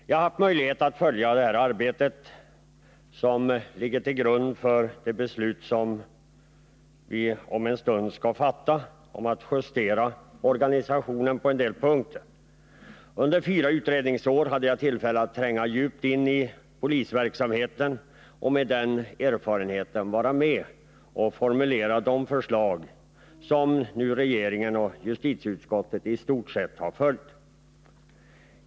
Jag har haft möjlighet att följa det arbete som ligger till grund för det beslut som vi om en stund skall fatta om att justera polisorganisationen på en del punkter. Under fyra utredningsår hade jag tillfälle att tränga djupt in i polisverksamheten och med den erfarenheten vara med om att formulera de förslag som regeringen och justitieutskottet i stort sett har följt.